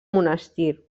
monestir